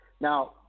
Now